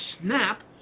snap